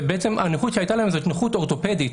הנכות שהייתה להם זו נכות אורתופדית,